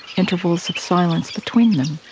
intervals of silence between them,